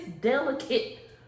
delicate